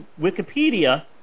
Wikipedia